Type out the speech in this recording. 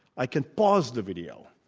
i can pause the video.